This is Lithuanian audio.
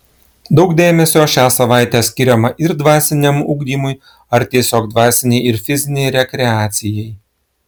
daug dėmesio šią savaitę skiriama ir dvasiniam ugdymui ar tiesiog dvasinei ir fizinei rekreacijai